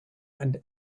and